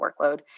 workload